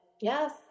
Yes